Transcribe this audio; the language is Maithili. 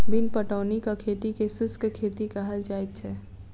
बिन पटौनीक खेती के शुष्क खेती कहल जाइत छै